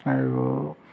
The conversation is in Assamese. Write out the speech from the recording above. আৰু